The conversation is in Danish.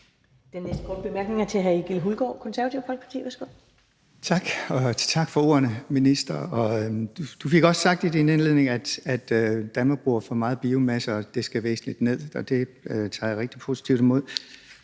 Folkeparti. Værsgo. Kl. 11:55 Egil Hulgaard (KF): Tak, og tak for ordene, minister. Du fik også sagt i din indledning, at Danmark bruger for meget biomasse, og at forbruget skal væsentligt ned, og det tager jeg rigtig positivt imod.